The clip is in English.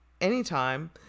anytime